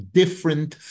different